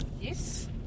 Yes